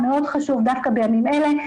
מאוד חשוב דווקא בימים אלה,